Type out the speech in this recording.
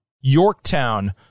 Yorktown